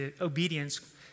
obedience